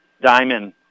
diamond